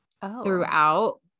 throughout